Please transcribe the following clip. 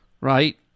right